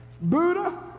Buddha